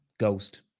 Ghost